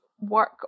work